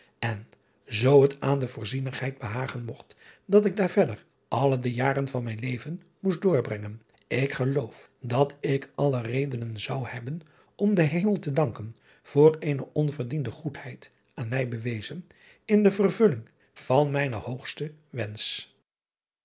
en zoo het aan de oorzienigheid behagen mogt dat ik daar verder alle de jaren van mijn leven moest doorbrengen ik geloof dat ik alle redenen zou hebben om den emel te danken voor eene onverdiende goedheid aan mij bewezen in de vervulling van mijnen hoogsten wensch